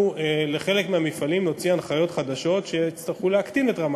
קצת רקע היסטורי לסיפור העגום